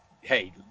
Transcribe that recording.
hey